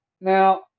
Now